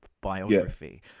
biography